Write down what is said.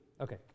Okay